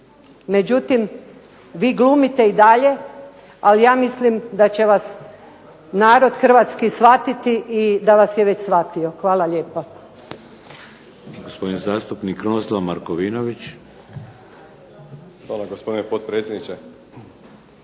Međutim vi glumite i dalje, ali ja mislim da će vas narod hrvatski shvatiti i da vas je već shvatio. Hvala lijepa.